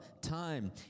time